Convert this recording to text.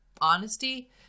honesty